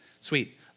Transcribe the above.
Sweet